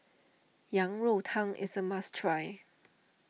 Yang Rou Tang is a must try